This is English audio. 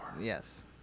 Yes